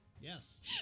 yes